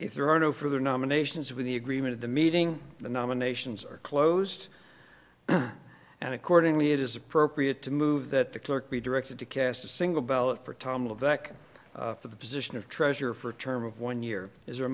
if there are no further nominations with the agreement of the meeting the nominations are closed and accordingly it is appropriate to move that the clerk be directed to cast a single ballot for tom of dec for the position of treasurer for a term of one year as